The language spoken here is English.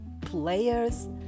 players